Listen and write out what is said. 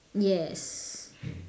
yes